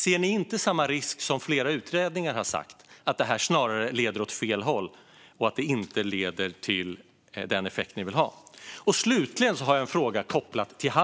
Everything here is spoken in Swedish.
Ser ni inte samma risk som flera utredningar, att detta snarare leder åt fel håll och inte ger den effekt ni vill ha?